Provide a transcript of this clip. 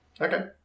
Okay